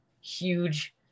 huge